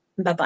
Bye-bye